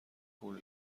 پول